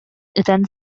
ытан